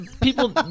People